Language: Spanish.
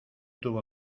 tuvo